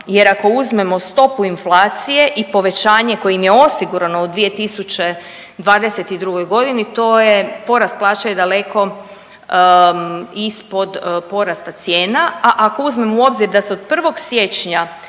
jer ako uzmemo stopu inflacije i povećanje koje im je osigurano u 2022. g., to je, porast plaća je daleko ispod porasta cijena, a ako uzmemo u obzir da se od 1. siječnja